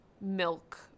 milk